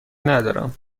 ندارم